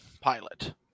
pilot